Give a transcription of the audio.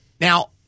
Now